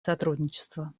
сотрудничества